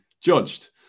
judged